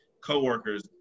coworker's